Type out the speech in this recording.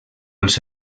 els